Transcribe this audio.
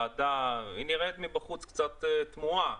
של הוועדה נראית מבחוץ קצת תמוהה,